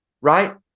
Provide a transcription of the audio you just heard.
Right